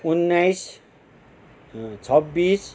उन्नाइस छब्बिस